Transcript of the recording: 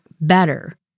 better